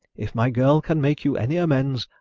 if my girl can make you any amends,